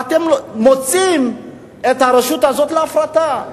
ואתם מוציאים את הרשות הזאת להפרטה.